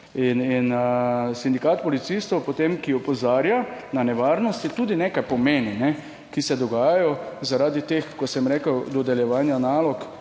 In sindikat policistov potem, ki opozarja na nevarnosti, tudi nekaj pomeni, ne, ki se dogajajo zaradi teh, kot sem rekel dodeljevanja nalog